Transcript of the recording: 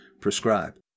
prescribe